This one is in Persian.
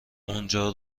اونجا